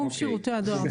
נכון, בשירותי הדואר.